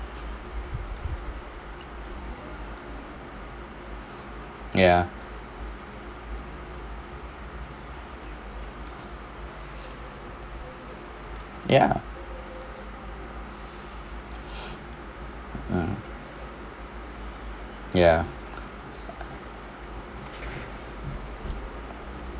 ya ya ah ya